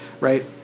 right